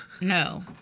No